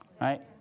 right